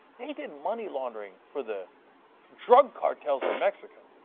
heated money laundering for the drug cartels in mexico.